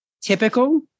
typical